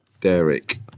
Derek